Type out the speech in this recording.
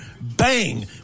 bang